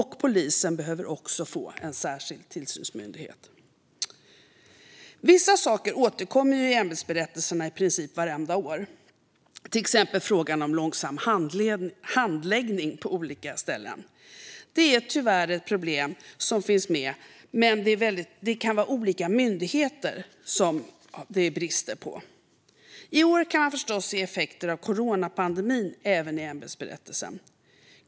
Polisen behöver också få en särskild tillsynsmyndighet. Vissa saker återkommer i ämbetsberättelserna i princip vartenda år, till exempel frågan om långsam handläggning på olika ställen. Det är tyvärr ett problem som finns med, men det kan vara olika myndigheter som det är brister i. I år kan man förstås se effekter av coronapandemin även i ämbetsberättelsen.